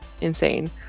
insane